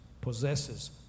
possesses